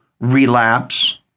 relapse